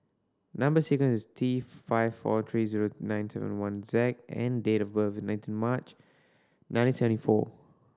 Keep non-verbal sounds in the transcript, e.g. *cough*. number sequence is T *unintelligible* five four three zero nine seven one Z and date of birth is nineteen March nineteen seventy four